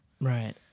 Right